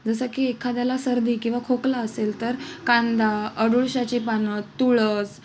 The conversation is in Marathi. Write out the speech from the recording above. जसं की एखाद्याला सर्दी किंवा खोकला असेल तर कांदा अडुळश्याची पानं तुळस